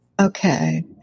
Okay